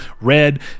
red